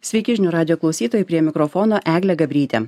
sveiki žinių radijo klausytojai prie mikrofono eglė gabrytė